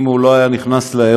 אם הוא לא היה נכנס לאירוע,